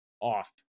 off